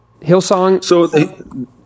Hillsong